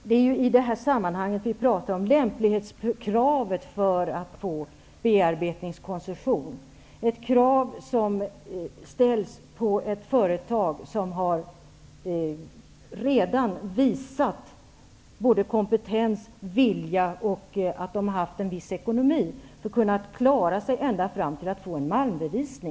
Fru talman! I det här sammanhanget är det lämplighetskravet för att få bearbetningskoncession som vi pratar om. Det är ett krav som ställs på ett företag som redan visat kompetens och vilja. De har också visat att de har en viss ekonomi eftersom de klarat sig fram till att få en malmbevisning.